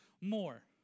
more